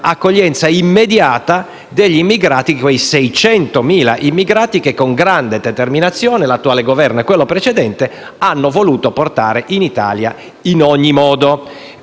l'accoglienza immediata degli immigrati. I 600.000 immigrati che con grande determinazione l'attuale Governo e quello precedente hanno voluto portare in Italia in ogni modo,